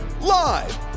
Live